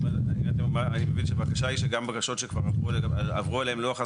אני מבין שהבקשה היא שיהיה אפשר לפעול גם לגבי